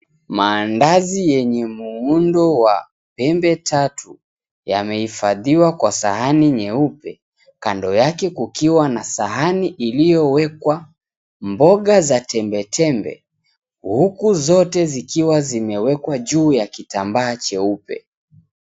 Mandazi yenye muundo wa pembe tatu yamehifadhiwa kwenye sahani nyeupe, Kando yake kukiwa na sahani iliyowekwa mboga za tembetembe huku zote zikiwa zimewekwa juu ya kitambaa cheupe.